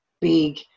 big